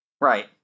right